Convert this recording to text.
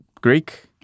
Greek